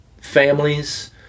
families